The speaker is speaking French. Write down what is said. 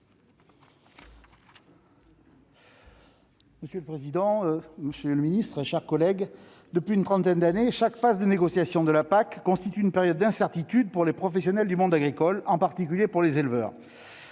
Monsieur le président, monsieur le ministre, mes chers collègues, depuis une trentaine d'années, chaque phase de négociation de la PAC constitue une période d'incertitudes pour les professionnels du monde agricole, en particulier pour les éleveurs.